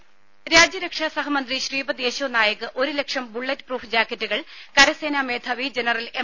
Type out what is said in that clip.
രുര രാജ്യരക്ഷാ സഹമന്ത്രി ശ്രീപദ് യശോനായിക് ഒരു ലക്ഷം ബുള്ളറ്റ് പ്രൂഫ് ജാക്കറ്റുകൾ കരസേനാ മേധാവി ജനറൽ എം